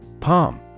Palm